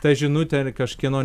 ta žinutė ir kažkieno